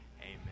Amen